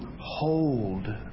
hold